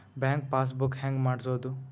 Bank passbook ಹೆಂಗ್ ಮಾಡ್ಸೋದು?